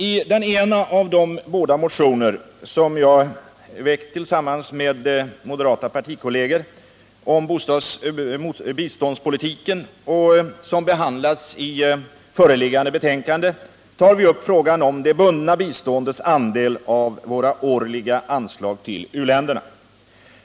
I den ena av de båda motioner som jag väckt tillsammans med moderata partikolleger om biståndspolitiken och som behandlas i föreliggande betänkande tar vi upp frågan om det bundna biståndets andel av våra årliga anslag till u-länderna.